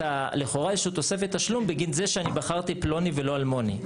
לכאורה איזה שהיא תוספת תשלום בגין זה שאני בחרתי פלוני ולא אלמוני.